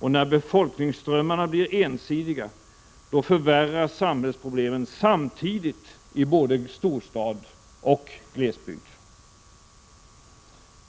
När befolkningsströmmarna blir ensidiga, förvärras samhällsproblemen samtidigt i både storstad och glesbygd.